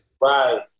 Right